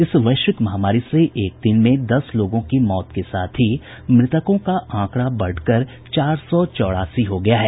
इस वैश्विक महामारी से एक दिन में दस लोगों की मौत के साथ ही मृतकों का आंकड़ा बढ़कर चार सौ चौरासी हो गया है